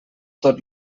tot